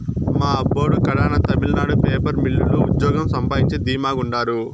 మా అబ్బోడు కడాన తమిళనాడు పేపర్ మిల్లు లో ఉజ్జోగం సంపాయించి ధీమా గుండారు